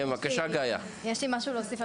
יש לי משהו להוסיף,